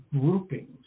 groupings